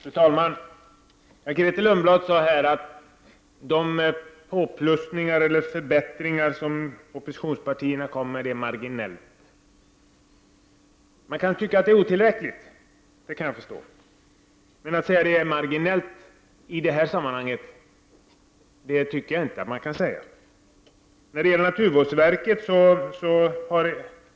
Fru talman! Grethe Lundblad sade att förbättringar som oppositionen föreslår är marginella. Jag kan förstå att hon tycker att de är otillräckliga, men att säga att de är marginella kan jag inte hålla med om.